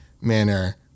manner